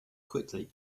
quickly